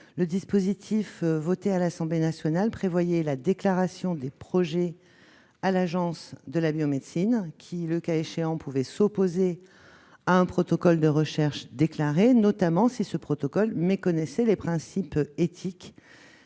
le dispositif adopté par l'Assemblée nationale prévoyait la déclaration des projets à l'Agence de la biomédecine, qui, le cas échéant, pouvait s'opposer à un protocole de recherche déclaré, notamment si ce dernier méconnaissait les principes éthiques